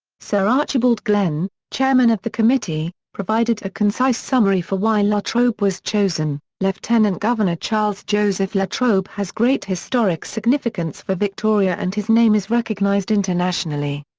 sir archibald glenn, chairman of the committee, provided a concise summary for why la trobe was chosen lieutenant-governor charles joseph la trobe has great historic significance for victoria and his name is recognised internationally.